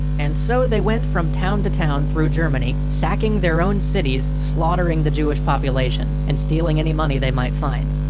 and so they went from town to town through germany sacking their own cities slaughtering the jewish population and stealing any money they might find.